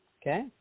okay